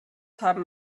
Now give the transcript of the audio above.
haben